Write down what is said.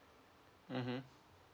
mmhmm